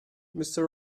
mister